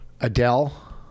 Adele